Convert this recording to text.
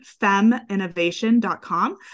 feminnovation.com